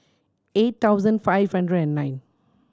eight thousand five hundred and nine